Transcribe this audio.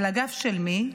על הגב של מי?